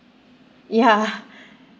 ya